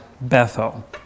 Bethel